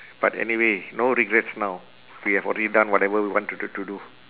but anyway no regrets now we have already done whatever we want to to do